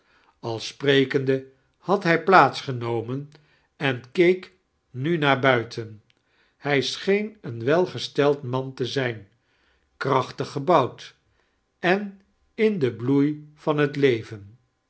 al sprekende had hij plaats gemomem en keek nu naar buiten hij scheen een welgesteld man te zijn krachtig gebouwd en in dem bloei van het levem